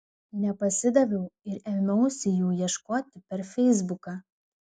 nepasidaviau ir ėmiausi jų ieškoti per feisbuką